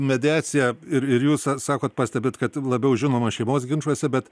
mediacija ir ir jūs sa sakot pastebite kad labiau žinoma šeimos ginčuose bet